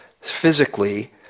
physically